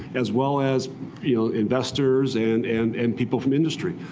as well as you know investors and and and people from industry.